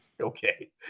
Okay